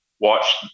watch